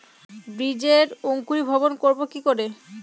বীজের অঙ্কুরিভবন করব কি করে?